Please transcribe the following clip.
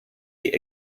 die